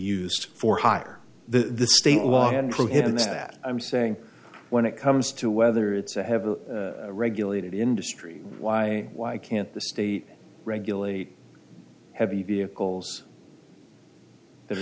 used for hire the state law and to him that i'm saying when it comes to whether it's a heavily regulated industry why why can't the state regulate heavy vehicles they're